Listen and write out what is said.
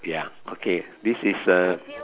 ya okay this is